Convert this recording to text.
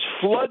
flood